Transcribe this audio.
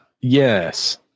yes